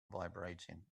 vibrating